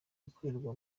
ikorerwa